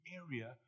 area